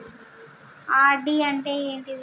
RD అంటే ఏంటిది?